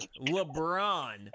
LeBron